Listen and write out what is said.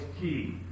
key